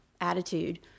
attitude